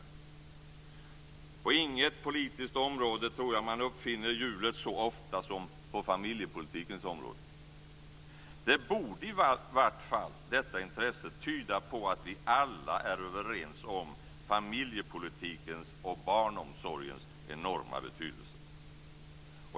Jag tror att man på inget politiskt område uppfinner hjulet så ofta som på familjepolitikens område. Detta intresse borde i vart fall tyda på att vi alla är överens om familjepolitikens och barnomsorgens enorma betydelse.